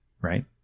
right